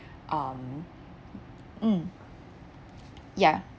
um mm ya